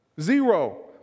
Zero